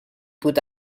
put